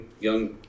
young